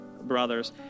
brothers